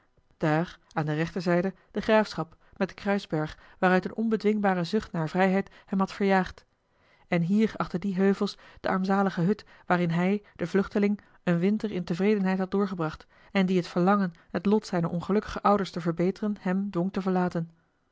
daar aan de rechterzijde de graafschap met den kruisberg waaruit eene onbedwingbre zucht naar vrijheid hem had verjaagd en hier achter die heuvels de armzalige hut waarin hij de vluchteling een winter in tevredenheid had doorgebracht en die het verlangen het lot zijner ongelukkige ouders te verbeteren hem dwong te verlaten